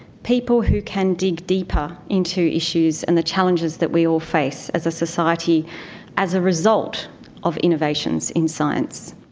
people who can dig deeper into issues and the challenges that we all face as a society as a result of innovations in science.